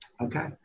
Okay